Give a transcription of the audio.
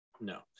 no